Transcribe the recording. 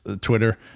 twitter